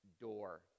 door